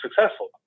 successful